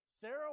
Sarah